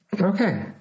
Okay